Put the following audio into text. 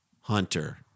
Hunter